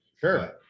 Sure